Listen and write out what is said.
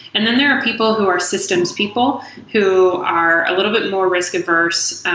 and then there are people who are systems people who are a little bit more risk-averse,